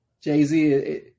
Jay-Z